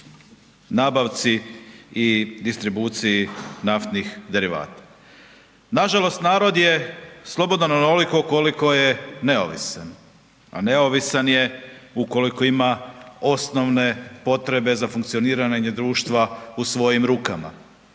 nabavci i distribuciji naftnih derivata. Nažalost, narod je slobodan onoliko koliko je neovisan, a neovisan je ukoliko ima osnovne potrebe za funkcioniranje društva u svojim rukama,